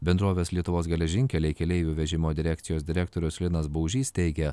bendrovės lietuvos geležinkeliai keleivių vežimo direkcijos direktorius linas baužys teigia